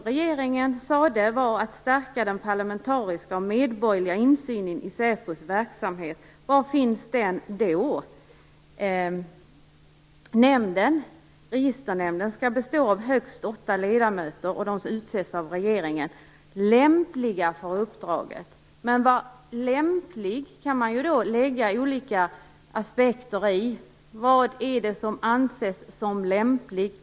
Regeringen sade att målet var att stärka den parlamentariska och medborgerliga insynen i SÄPO:s verksamhet. Var finns den? Registernämnden skall bestå av högst åtta ledamöter som utses av regeringen och som skall vara "lämpliga" för uppdraget. Ordet lämplig kan bedömas utifrån flera aspekter. Vad är det som anses lämpligt?